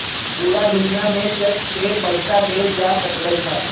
पूरा दुनिया में चेक से पईसा देल जा सकलई ह